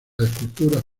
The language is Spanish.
esculturas